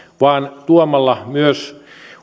vaan tuomalla myös